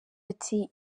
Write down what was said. ati